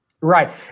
Right